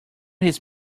his